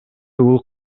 бул